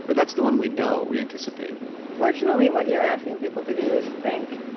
but that's the one we know, we anticipate fortunately, what you're asking people to do is think.